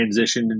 transitioned